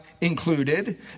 included